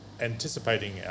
anticipating